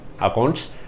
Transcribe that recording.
accounts